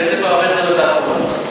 באיזה פרמטרים בדקת אותו?